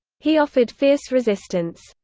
he offered fierce resistance.